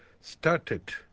started